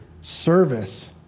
service